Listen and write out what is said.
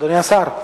אדוני השר,